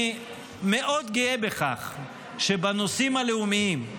אני מאוד גאה בכך שבנושאים הלאומיים,